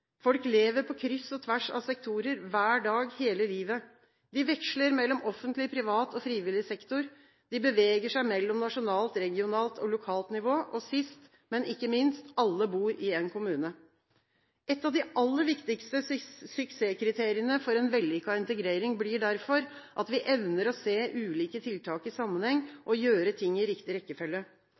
Folk lever på kryss og tvers av sektorer, hver dag, hele livet. De veksler mellom offentlig, privat og frivillig sektor. De beveger seg mellom nasjonalt, regionalt og lokalt nivå, og sist, men ikke minst – alle bor i en kommune. Et av de aller viktigste suksesskriteriene for en vellykket integrering blir derfor at vi evner å se ulike tiltak i sammenheng, og gjøre ting i riktig